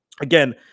Again